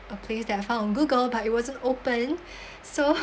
a place that I found on google but it wasn't open so